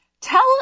tell